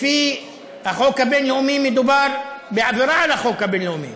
לפי החוק הבין-לאומי מדובר בעבירה על החוק הבין-לאומי.